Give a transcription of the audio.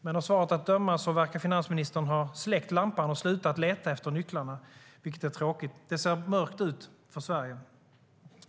Men av svaret av döma verkar finansministern ha släckt lampan och slutat leta efter nycklarna, vilket är tråkigt. Det ser mörkt ut för Sverige.